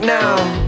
now